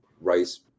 rice